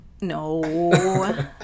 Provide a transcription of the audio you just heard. No